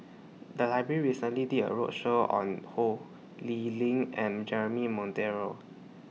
The Library recently did A roadshow on Ho Lee Ling and Jeremy Monteiro